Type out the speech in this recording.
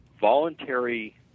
voluntary